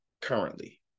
currently